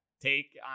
take